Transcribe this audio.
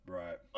right